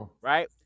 Right